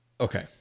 Okay